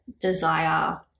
desire